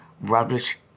rubbish